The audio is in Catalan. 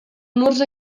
murs